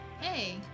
hey